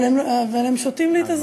אבל הם שותים לי את הזמן, בבקשה.